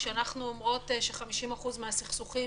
כשאנחנו אומרות ש-50% מהסכסוכים